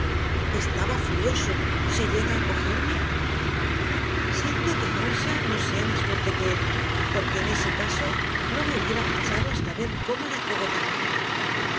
estaba furioso si llega a cogerme siento que earnshaw no sea más fuerte que él porque en ese caso no me hubiera marchado hasta ver cómo le acogotaba